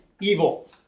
evil